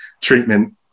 treatment